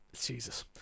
jesus